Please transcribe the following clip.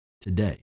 today